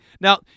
Now